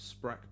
Sprack